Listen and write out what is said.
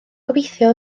gobeithio